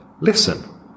listen